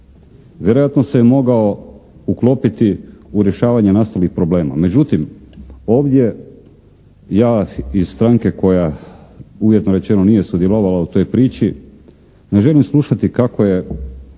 Vjerojatno se mogao uklopiti u rješavanje nastalih problema. Međutim ovdje ja iz stranke koja uvjetno rečeno nije sudjelovala u toj priči, ne želim slušati kako je